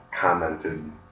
commented